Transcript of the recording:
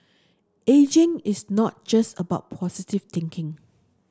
ageing is not just about positive thinking